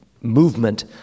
movement